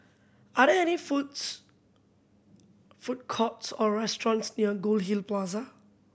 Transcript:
are there any foods food courts or restaurants near Goldhill Plaza